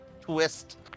twist